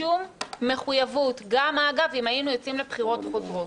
תודה, חברים.